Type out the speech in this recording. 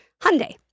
Hyundai